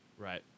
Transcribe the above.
Right